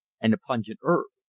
and a pungent herb.